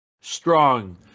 strong